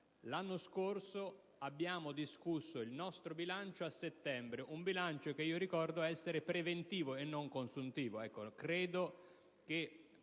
L'anno scorso abbiamo discusso il nostro bilancio a settembre: un bilancio che, ricordo, è preventivo e non consuntivo. Credo che,